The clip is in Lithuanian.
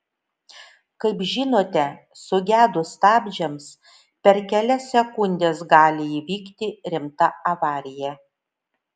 kaip žinote sugedus stabdžiams per kelias sekundes gali įvykti rimta avarija